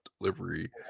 Delivery